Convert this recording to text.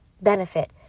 benefit